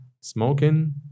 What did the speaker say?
smoking